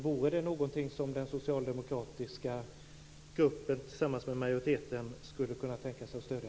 Vore det någonting som den socialdemokratiska gruppen tillsammans med majoriteten skulle kunna tänka sig att stödja?